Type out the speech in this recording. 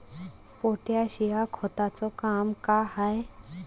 Potash या खताचं काम का हाय?